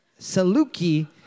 Saluki